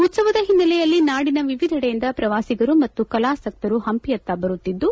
ಉತ್ಸವದ ಹಿನ್ನೆಲೆಯಲ್ಲಿ ನಾಡಿನ ವಿವಿಧೆಡೆಯಿಂದ ಪ್ರವಾಸಿಗರು ಮತ್ತು ಕಲಾಸಕ್ತರು ಹಂಪಿಯತ್ತ ಬರುತ್ತಿದ್ದು